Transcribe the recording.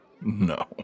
No